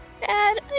Dad